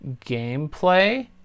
gameplay